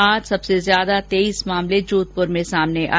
आज सबसे ज्यादा तेईस मामले जोधपुर में सामने आए